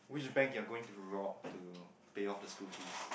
which bank you're going to rob to pay off the school fees